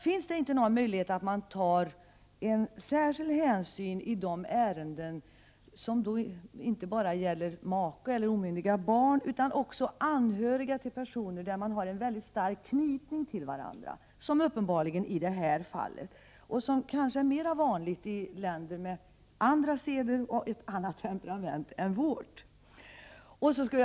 Finns det ingen möjlighet att ta särskild hänsyn inte bara i de fall som gäller make och minderåriga barn utan också i de fall där det finns anhöriga som har en mycket stark knytning till varandra, vilket det uppenbarligen är fråga om i det här fallet och som kanske är mer vanligt i länder med andra seder och där man har ett annat temperament än det vi har?